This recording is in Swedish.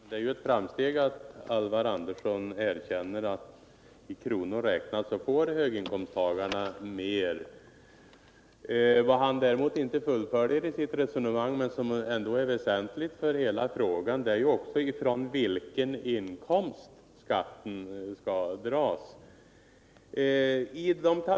Herr talman! Det är ju ett framsteg att Alvar Andersson erkänner att höginkomsttagarna i kronor räknat får mer. Vad han däremot inte fullföljer i sitt resonemang men som ändå är väsentligt för hela frågan är från vilken 40 000 kr.